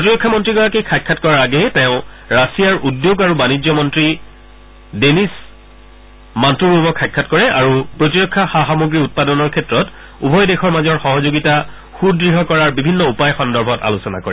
প্ৰতিৰক্ষা মন্ত্ৰাগৰাকীক সাক্ষাৎ কৰাৰ আগেয়ে তেওঁ ৰাছিয়াৰ উদ্যোগ আৰু বাণিজ্য মন্ত্ৰী ডেনিছ মান্তৰবক সাক্ষাৎ কৰে আৰু প্ৰতিৰক্ষা সা সামগ্ৰী উৎপাদনৰ ক্ষেত্ৰত উভয় দেশৰ মাজৰ সহযোগিতা সুদ্য় কৰাৰ বিভিন্ন উপায় সন্দৰ্ভত আলোচনা কৰে